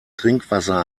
trinkwasser